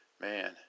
Man